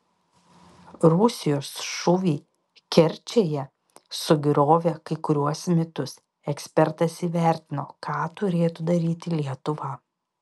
rusijos šūviai kerčėje sugriovė kai kuriuos mitus ekspertas įvertino ką turėtų daryti lietuva